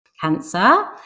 cancer